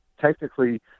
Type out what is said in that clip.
technically